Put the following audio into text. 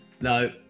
No